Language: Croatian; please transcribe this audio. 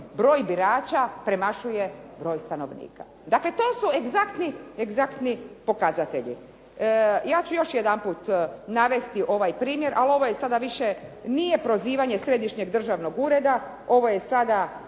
broj birača premašuje broj stanovnika. Dakle, to su egzaktni pokazatelji. Ja ću još jedanput navesti ovaj primjer ali ovo sada više nije prozivanje Središnjeg državnog ureda, ovo je sada